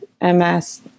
MS